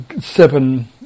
seven